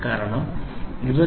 കാരണം 23